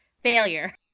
failure